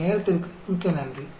உங்கள் நேரத்திற்கு மிக்க நன்றி